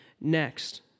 next